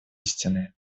истины